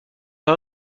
par